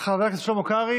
לחבר הכנסת קרעי,